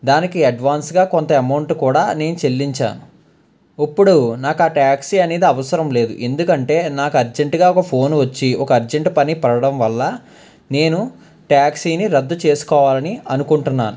దానికి అడ్వాన్స్గా కొంత అమౌంట్ కూడా నేను చెల్లించాను ఇప్పుడు నాకు ఆ ట్యాక్సీ అనేది అవసరం లేదు ఎందుకంటే నాకు అర్జెంటుగా ఒక ఫోన్ వచ్చి ఒక అర్జెంటు పని పడడం వల్ల నేను ట్యాక్సీని రద్దు చేసుకోవాలని అనుకుంటున్నాను